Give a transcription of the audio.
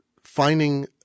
finding